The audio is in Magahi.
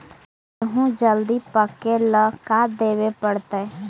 गेहूं जल्दी पके ल का देबे पड़तै?